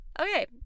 Okay